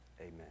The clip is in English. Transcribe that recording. amen